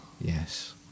Yes